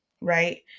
right